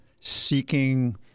seeking